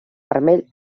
vermell